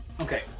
Okay